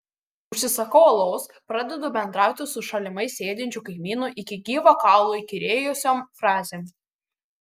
užsisakau alaus pradedu bendrauti su šalimais sėdinčiu kaimynu iki gyvo kaulo įkyrėjusiom frazėm